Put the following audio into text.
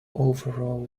overall